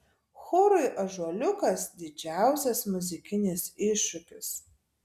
chorui ąžuoliukas didžiausias muzikinis iššūkis